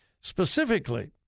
Specifically